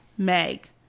Meg